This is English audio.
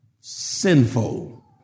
sinful